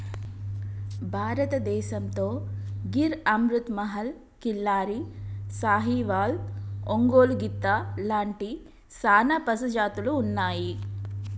భారతదేసంతో గిర్ అమృత్ మహల్, కిల్లారి, సాహివాల్, ఒంగోలు గిత్త లాంటి సానా పశుజాతులు ఉన్నాయి